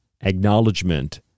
acknowledgement